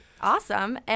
Awesome